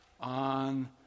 on